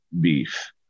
beef